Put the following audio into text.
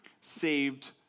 saved